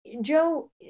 Joe